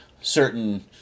certain